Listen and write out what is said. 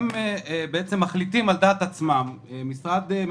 הם משרד ממשלתי והם מחליטים על דעת עצמם שהם מחכים,